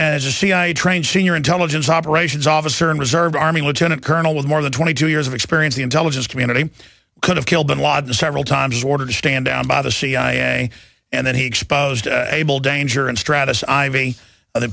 as a cia trained senior intelligence operations officer and reserve army lieutenant colonel with more than twenty two years of experience the intelligence community could have killed bin laden several times ordered to stand down by the cia and then he exposed able danger and stratus i v other